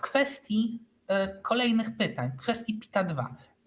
Kwestia kolejnych pytań, kwestia PIT-2.